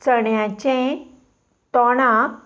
चण्याचें तोंडाक